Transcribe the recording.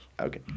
Okay